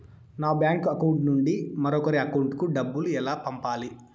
నా bank account నుండి మరొకరి అకౌంట్ కు డబ్బులు ఎలా పంపాలి